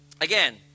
Again